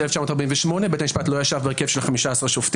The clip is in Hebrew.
1948 בית המשפט לא ישב בהרכב 15 שופטים,